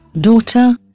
Daughter